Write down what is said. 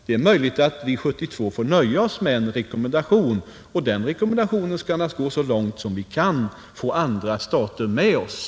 Det är möjligt att vi 1972 får nöja oss med en rekommendation, och den rekommendationen skall naturligtvis gå så långt som vi kan få andra stater med oss.